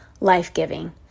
life-giving